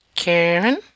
Karen